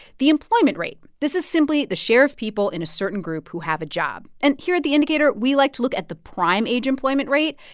the employment rate this is simply the share of people in a certain group who have a job. and here at the indicator, we like to look at the prime age employment rate.